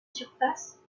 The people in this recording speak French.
surface